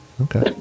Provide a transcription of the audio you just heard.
Okay